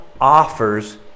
offers